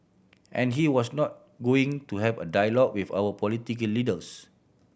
and he was not going to have a dialogue with our political leaders